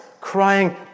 crying